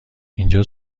اینجا